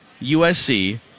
USC